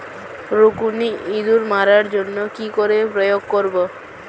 রুকুনি ইঁদুর মারার জন্য কি করে প্রয়োগ করব?